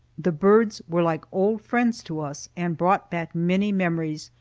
the birds were like old friends to us, and brought back many memories,